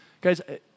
Guys